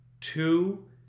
two